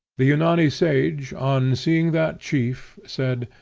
the yunani sage, on seeing that chief, said,